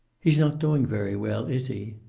he's not doing very well, is he?